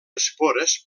espores